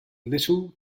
little